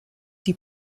die